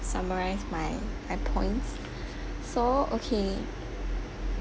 summarise my my points so okay